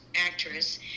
actress